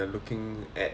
at